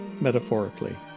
metaphorically